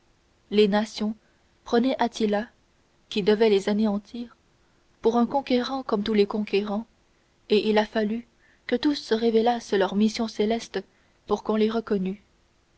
les nations prenaient attila qui devait les anéantir pour un conquérant comme tous les conquérants et il a fallu que tous révélassent leurs missions célestes pour qu'on les reconnût